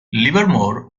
livermore